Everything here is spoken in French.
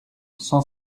cent